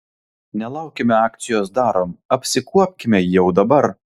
nelaukime akcijos darom apsikuopkime jau dabar